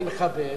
אני מכבד,